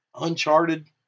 Uncharted